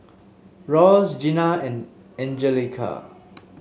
Ross Gina and Angelica